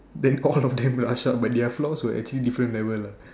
then all of them were ushered out but their floors were actually different level lah